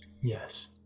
Yes